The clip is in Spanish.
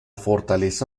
fortaleza